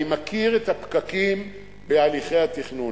אני מכיר את הפקקים בהליכי התכנון